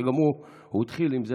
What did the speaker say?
שהוא התחיל עם זה